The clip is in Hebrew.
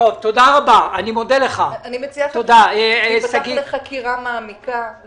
אני מציעה שתיפתח חקירה מעמיקה כדי